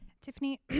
Tiffany